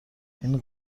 این